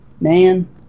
man